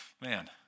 Man